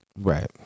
right